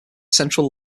central